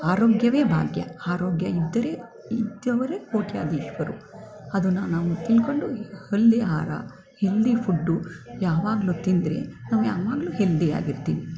ಆರೋಗ್ಯವೇ ಭಾಗ್ಯ ಆರೋಗ್ಯ ಇದ್ದರೆ ಇದ್ದವರೇ ಕೊಟ್ಯಾಧೀಶ್ವರರು ಅದನ್ನ ನಾವು ತಿಳ್ಕೊಂಡು ಅಲ್ಲೇ ಆಹಾರ ಹೆಲ್ದಿ ಫುಡ್ಡು ಯಾವಾಗ್ಲೂ ತಿಂದರೆ ನಾವು ಯಾವಾಗ್ಲೂ ಹೆಲ್ದಿಯಾಗಿರ್ತೀವಿ